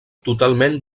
totalment